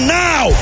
now